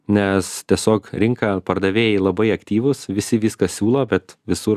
nes tiesiog rinka pardavėjai labai aktyvūs visi viską siūlo bet visur